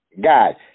God